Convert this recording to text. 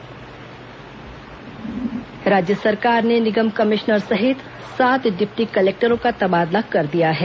तबादला राज्य सरकार ने निगम कमिश्नर सहित सात डिप्टी कलेक्टरों का तबादला कर दिया है